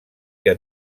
que